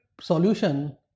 solution